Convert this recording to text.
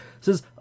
says